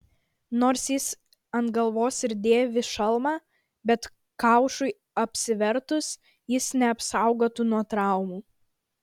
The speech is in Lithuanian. nors jis ant galvos ir dėvi šalmą bet kaušui apsivertus jis neapsaugotų nuo traumų